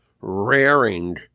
raring